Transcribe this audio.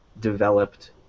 developed